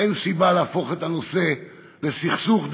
אין סיבה להפוך את הנושא לסכסוך דתי.